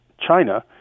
China